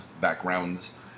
backgrounds